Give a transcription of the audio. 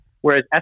Whereas